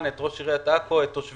אדוני היושב-ראש,